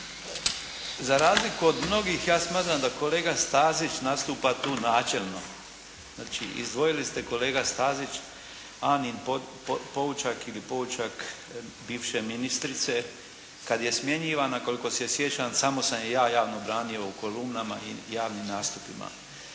Za razliku od mnogih, ja smatram da kolega Stazić nastupa tu načelno. Znači izdvojili ste kolega Stazić Anin poučak, ili poučak bivše ministrice kada je smjenjivana, koliko se sjećam, samo sam ju ja javno branio u kolumnama i javnim nastupima.